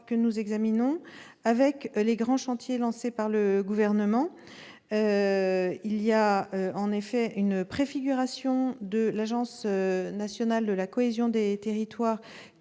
que nous examinons des grands chantiers lancés par le Gouvernement. Une préfiguration de l'agence nationale de la cohésion des territoires